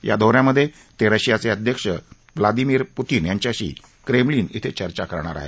या दौ यामधे ते रशियाचे अध्यक्ष व्लादिमीर पुतीन यांच्यांशी क्रेमलिन श्वें चर्चा करणार आहेत